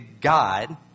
God